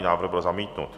Návrh byl zamítnut.